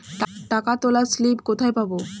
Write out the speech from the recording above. টাকা তোলার স্লিপ কোথায় পাব?